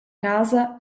casa